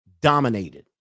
Dominated